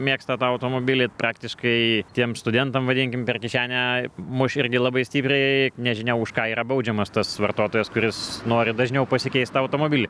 mėgsta tą automobilį praktiškai tiems studentam vadinkim per kišenę muš irgi labai stipriai nežinia už ką yra baudžiamas tas vartotojas kuris nori dažniau pasikeist tą automobilį